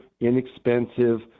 inexpensive